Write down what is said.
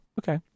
okay